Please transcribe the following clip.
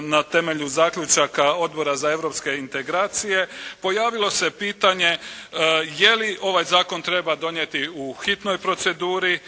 na temelju zaključaka Odbora za europske integracije pojavilo se pitanje je li ovaj zakon treba donijeti u hitnoj proceduri